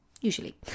usually